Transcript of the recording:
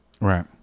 right